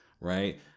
Right